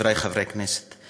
חברי חברי הכנסת,